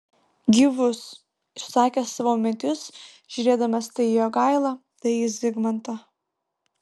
gyvus išsakė savo mintis žiūrėdamas tai į jogailą tai į zigmantą